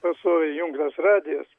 pastoviai įjungtas radijas